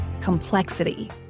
complexity